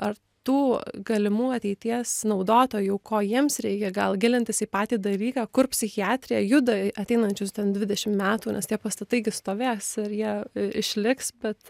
ar tų galimų ateities naudotojų ko jiems reikia gal gilintis į patį dalyką kur psichiatrija juda ateinančius ten dvidešim metų nes tie pastatai gi stovės ir jie išliks bet